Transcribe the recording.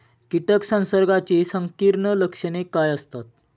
कीटक संसर्गाची संकीर्ण लक्षणे काय असतात?